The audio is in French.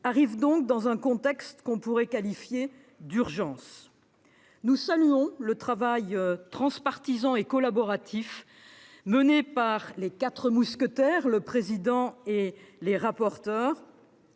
arrive donc dans un contexte qu'on pourrait qualifier d'urgence. Nous saluons le travail transpartisan et collaboratif mené par les quatre mousquetaires, le président de la